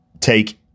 take